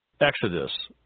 Exodus